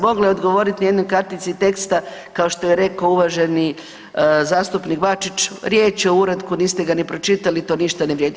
Mogla je odgovoriti u jednoj kartici teksta kao što je rekao uvaženi zastupnik Bačić, riječ je o uratku, niste ga ni pročitali, to ništa ne vrijedi.